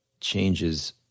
changes